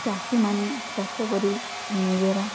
ଚାଷୀମାନେ ଚାଷ କରି ନିଜର